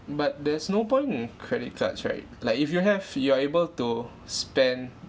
but there's no point in credit cards right like if you have you are able to spend